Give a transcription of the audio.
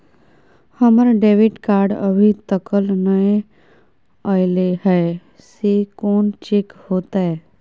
हमर debit card अभी तकल नय अयले हैं, से कोन चेक होतै?